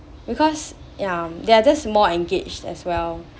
because ya they are just more engaged as well